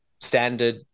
standard